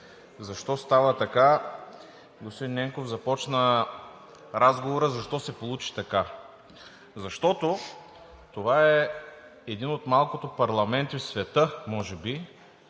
защо става така? Господин Ненков започна разговора защо се получи така? Защото може би това е един от малкото парламенти в света, а може би